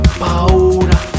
paura